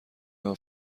آیا